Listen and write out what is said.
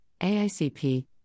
AICP